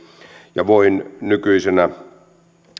ja voin nykyisenä